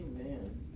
Amen